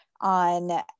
on